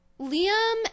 Liam